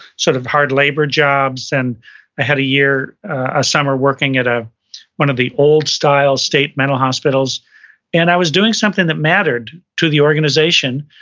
sort of hard labored jobs and i had a year, a summer working at ah one of the old style state mental hospitals and i was doing something that mattered to the organization.